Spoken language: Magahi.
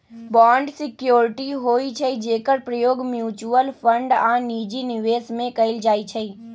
बांड सिक्योरिटी होइ छइ जेकर प्रयोग म्यूच्यूअल फंड आऽ निजी निवेश में कएल जाइ छइ